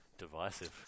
divisive